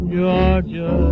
Georgia